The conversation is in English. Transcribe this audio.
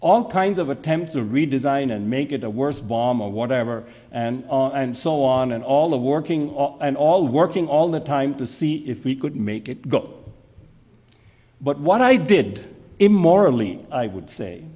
all kinds of attempts to redesign and make it a worse bomb or whatever and so on and all of working and all working all the time to see if we could make it go but what i did immorally i would say